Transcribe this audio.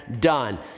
done